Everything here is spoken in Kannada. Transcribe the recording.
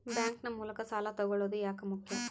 ಬ್ಯಾಂಕ್ ನ ಮೂಲಕ ಸಾಲ ತಗೊಳ್ಳೋದು ಯಾಕ ಮುಖ್ಯ?